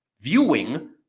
viewing –